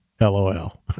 LOL